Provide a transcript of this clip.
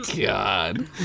god